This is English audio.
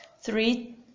three